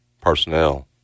Personnel